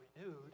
renewed